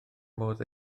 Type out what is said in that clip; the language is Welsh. modd